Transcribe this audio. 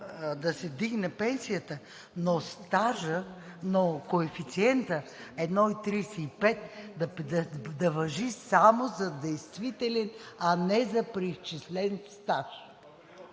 да се вдигне пенсията, но коефициентът 1,35 да важи само за действителен, а не за преизчислен стаж.